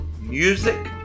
music